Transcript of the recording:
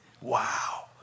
Wow